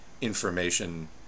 information